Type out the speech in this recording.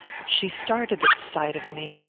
she started at sight of me,